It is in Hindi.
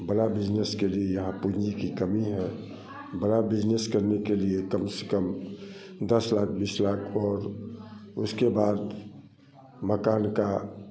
बड़ा बिजनेस के लिए यहाँ बिजली की कमी है बड़ा बड़ा बिजनेस करने के लिए कम से कम दस लाख बीस लाख हो उसके बाद मकान का